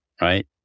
right